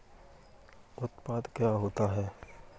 उत्पाद क्या होता है?